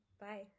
bye